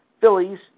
Phillies